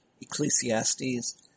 Ecclesiastes